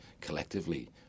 collectively